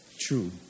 true